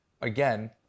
again